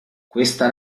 questa